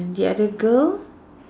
and the other girl